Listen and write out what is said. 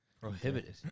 Prohibited